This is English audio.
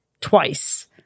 twice